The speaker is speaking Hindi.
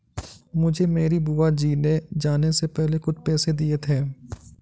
मुझे मेरी बुआ जी ने जाने से पहले कुछ पैसे दिए थे